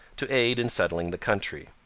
to aid in settling the country.